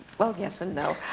well, yes and no.